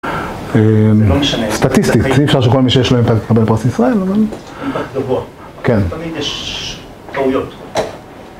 סטטיסטית, אי אפשר שכל מי שיש לו אימפקט יקבל פקס ישראל, אבל כן. תמיד יש טעויות